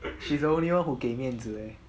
she's the only one who 给面子 lah